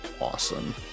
awesome